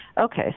Okay